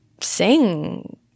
sing